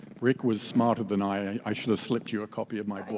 rick was smarter than i. i should have slipped you a copy of my book